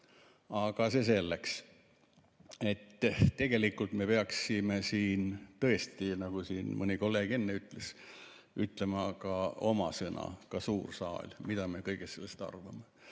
Aga see selleks. Tegelikult me peaksime siin tõesti, nagu siin mõni kolleeg enne ütles, ütlema ka oma sõna, ka suur saal, mida me kõigest sellest arvame.